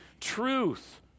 truth